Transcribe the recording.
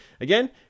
again